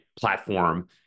platform